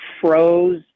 froze